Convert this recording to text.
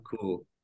Cool